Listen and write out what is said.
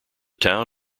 town